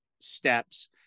steps